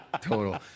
Total